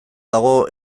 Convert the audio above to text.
dago